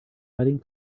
hiding